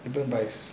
different price